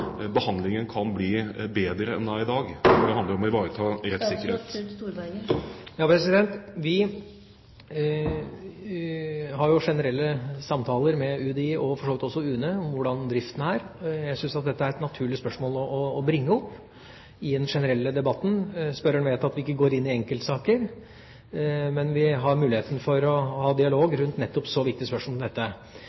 behandlingen kan bli bedre enn den er i dag når det handler om å ivareta rettssikkerheten. Vi har jo generelle samtaler med UDI og for så vidt også med UNE om hvordan driften er. Jeg syns dette er et naturlig spørsmål å bringe opp i den generelle debatten. Spørreren vet at vi ikke går inn i enkeltsaker, men vi har muligheten for å ha dialog